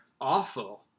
awful